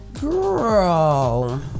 girl